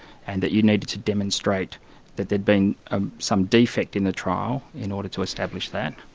and that you needed to demonstrate that there'd been ah some defect in the trial in order to establish that.